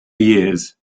years